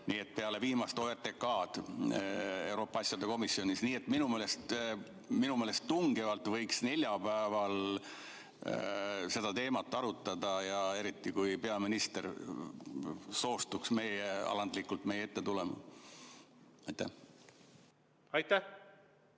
tulnud, peale viimast ORTK-d Euroopa asjade komisjonis, nii et minu meelest võiks neljapäeval seda teemat arutada, eriti kui peaminister soostuks alandlikult meie ette tulema. Aitäh! Nagu